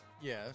Yes